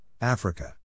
Africa